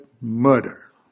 murder